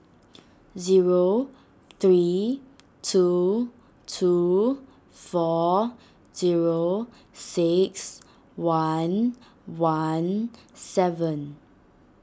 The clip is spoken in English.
zero three two two four zero six one one seven